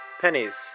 pennies